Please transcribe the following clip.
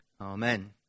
Amen